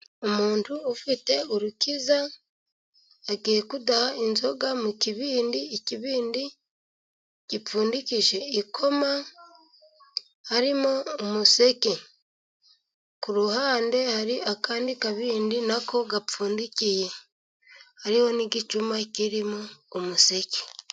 Umuntu ufite urukiza, agiye kudaha inzoga mu kibindi, ikibindi gipfundikije ikoma, harimo umuseke. Ku ruhande hari akandi kabindi nako gapfundikiye. Hariho n'igicuma kirimo umuseke.